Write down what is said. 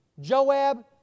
Joab